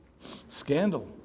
scandal